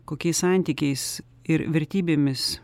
kokiais santykiais ir vertybėmis